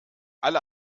alle